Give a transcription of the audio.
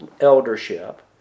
eldership